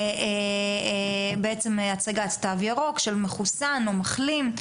או הצגת תו ירוק של מחוסן או מחלים.